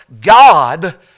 God